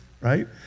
right